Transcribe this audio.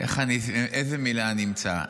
איך אני, איזו מילה אני אמצא?